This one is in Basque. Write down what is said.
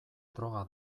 droga